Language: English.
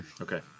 Okay